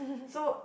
so